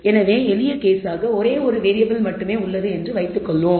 எனவே எளிய கேஸாக ஒரே ஒரு வேறியபிள் மட்டுமே உள்ளது என்று வைத்துக் கொள்வோம்